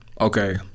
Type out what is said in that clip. Okay